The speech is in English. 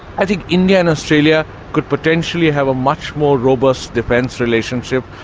i think india and australia could potentially have a much more robust defence relationship,